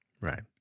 Right